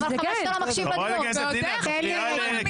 אמרתי